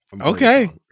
Okay